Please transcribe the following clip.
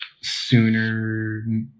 sooner